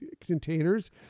containers